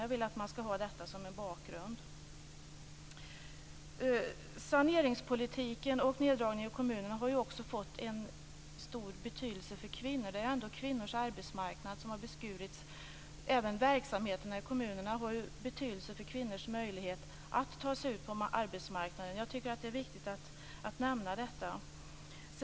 Jag vill att man skall ha detta som en bakgrund. Saneringspolitiken och neddragningen i kommunerna har också fått en stor betydelse för kvinnor. Det är kvinnors arbetsmarknad som har beskurits. Även verksamheterna i kommunerna har betydelse för kvinnors möjligheter att ta sig ut på arbetsmarknaden. Jag tycker att det är viktigt att nämna detta.